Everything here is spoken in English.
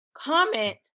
Comment